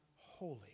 holy